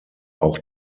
auch